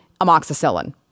amoxicillin